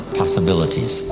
possibilities